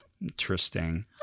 Interesting